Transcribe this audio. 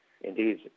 Indeed